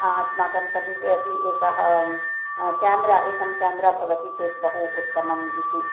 अस्माकं समीपे अपि एकः केमेरा एकं केमेरा भवति चेत् बहु उत्तमम् इति